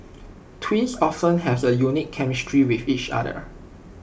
twins often have A unique chemistry with each other